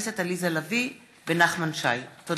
תודה.